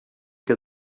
que